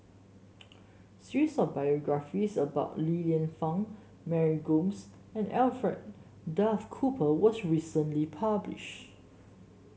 series of biographies about Li Lienfung Mary Gomes and Alfred Duff Cooper was recently published